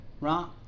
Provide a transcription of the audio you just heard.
Right